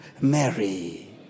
Mary